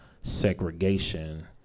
segregation